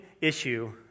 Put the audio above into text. issue